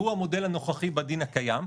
והוא המודל הנוכחי בדין הקיים,